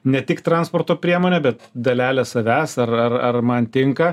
ne tik transporto priemonė bet dalelė savęs ar ar ar man tinka